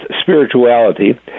spirituality